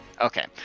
Okay